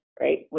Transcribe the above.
right